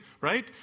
right